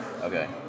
Okay